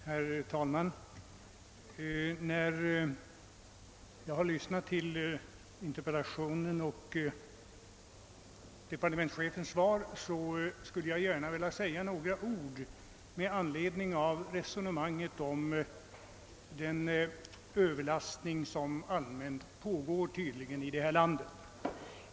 Herr talman! Efter att ha lyssnat till interpellantens och departementschefens anföranden skulle jag gärna vilja säga några ord med anledning av resonemanget om de överlaster som tydligen allmänt förekommer här i landet.